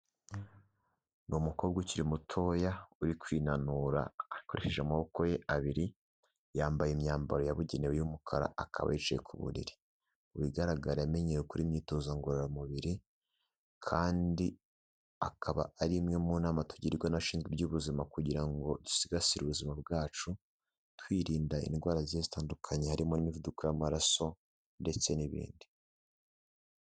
Ni umukobwa ukiri mutoya urikwinanura akoresheje amaboko ye abiri. Yambaye imyambaro yabugenewe y'umukara. Akaba yicaye ku buriri. Mu bigaragara yamenyeye gukora imyitozo ngororamubiri, kandi akaba ari imwe mu nama tugirwa n'abashinzwe iby'ubuzima kugira ngo dusigasire ubuzima bwacu, twirinda indwara zigiye zitandukanye. Harimo n'imivuduko y'amaraso, ndetse n'ibindi.